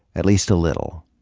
at least a little.